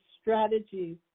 strategies